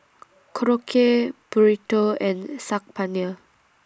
Korokke Burrito and Saag Paneer